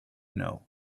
know